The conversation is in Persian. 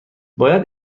باید